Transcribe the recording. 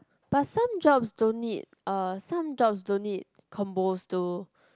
but some jobs don't need uh some jobs don't need combos to